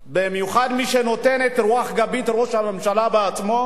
במיוחד מי שנותן רוח גבית, ראש הממשלה בעצמו,